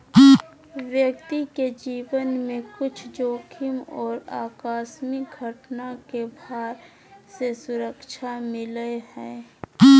व्यक्ति के जीवन में कुछ जोखिम और आकस्मिक घटना के भार से सुरक्षा मिलय हइ